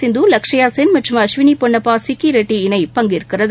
சிந்து லக்ஷயாசென் மற்றும் அஸ்வினி பொன்னாப்பா சிக்கி ரெட்டி இணை பங்கேற்கிறது